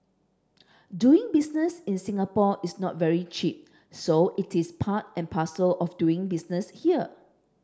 doing business in Singapore is not very cheap so it is part and parcel of doing business here